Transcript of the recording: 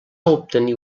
obtenir